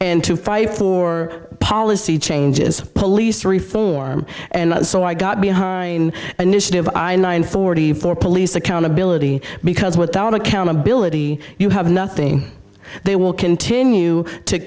and two five four policy changes police story form and so i got behind an initiative i nine forty four police accountability because without accountability you have nothing they will continue to